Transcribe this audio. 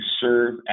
serve